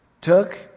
took